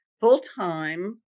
full-time